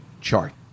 Chart